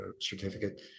certificate